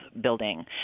building